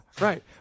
right